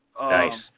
Nice